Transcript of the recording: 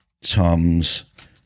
Tom's